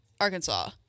Arkansas